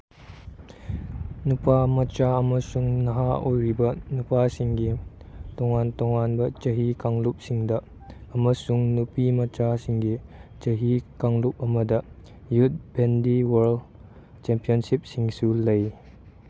ꯅꯨꯄꯥꯃꯆꯥ ꯑꯃꯁꯨꯡ ꯅꯍꯥ ꯑꯣꯏꯔꯤꯕ ꯅꯨꯄꯥꯁꯤꯡꯒꯤ ꯇꯣꯉꯥꯟ ꯇꯣꯉꯥꯟꯕ ꯆꯍꯤ ꯀꯥꯡꯂꯨꯞꯁꯤꯡꯗ ꯑꯃꯁꯨꯡ ꯅꯨꯄꯤꯃꯆꯥꯁꯤꯡꯒꯤ ꯆꯍꯤ ꯀꯥꯡꯂꯨꯞ ꯑꯃꯗ ꯌꯨꯠ ꯕꯦꯟꯗꯤ ꯋꯔꯜ ꯆꯦꯝꯄꯤꯌꯟꯁꯤꯞꯁꯤꯡꯁꯨ ꯂꯩ